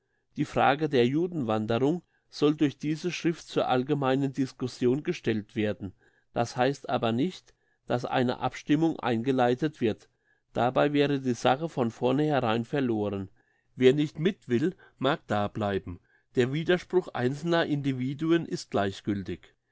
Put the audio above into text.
die frage der judenwanderung soll durch diese schrift zur allgemeinen discussion gestellt werden das heisst aber nicht dass eine abstimmung eingeleitet wird dabei wäre die sache von vorneherein verloren wer nicht mit will mag da bleiben der widerspruch einzelner individuen ist gleichgiltig